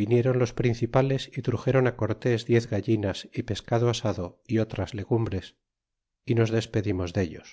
viniéron los principales y truxéron cortés diez gallinas y pescado asado y otras legumbres y nos despedimos dellos